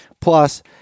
Plus